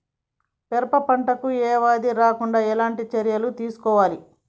పెరప పంట కు ఏ వ్యాధి రాకుండా ఎలాంటి చర్యలు తీసుకోవాలి?